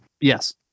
Yes